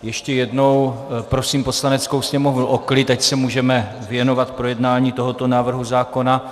Ještě jednou prosím Poslaneckou sněmovnu o klid, ať se můžeme věnovat projednání tohoto návrhu zákona.